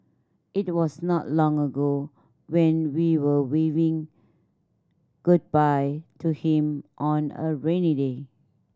it was not long ago when we were waving goodbye to him on a rainy day